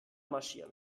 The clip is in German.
marschieren